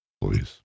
please